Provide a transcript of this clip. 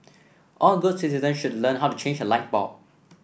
all good citizens should learn how to change a light bulb